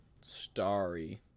Starry